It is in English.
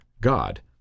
God